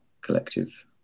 collective